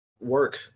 work